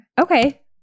okay